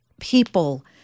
people